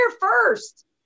first